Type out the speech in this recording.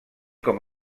com